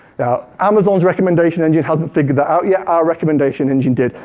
now, amazon's recommendation engine hasn't figure that out yet, our recommendation engine did.